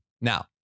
Now